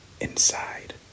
Inside